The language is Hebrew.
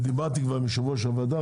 דיברתי כבר עם יושב ראש הועדה,